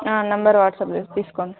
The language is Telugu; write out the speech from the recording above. నెంబర్ వాట్సాప్ చే తీసుకోండి